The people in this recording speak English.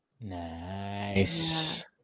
Nice